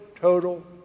total